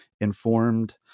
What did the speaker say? informed